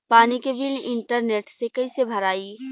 पानी के bill internet से कइसे भराई?